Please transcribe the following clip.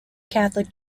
catholic